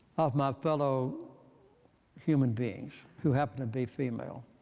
of my fellow human beings who happen to be female?